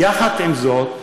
יחד עם זאת,